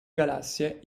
galassie